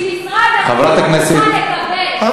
חברת הכנסת, אני מוחה.